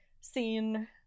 seen